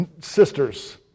sisters